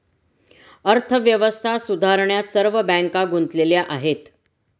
अर्थव्यवस्था सुधारण्यात सर्व बँका गुंतलेल्या आहेत